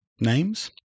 names